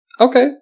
Okay